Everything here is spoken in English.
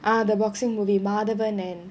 ah the boxing movie madhavan and